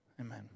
Amen